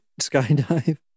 skydive